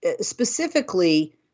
specifically